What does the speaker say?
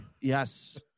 Yes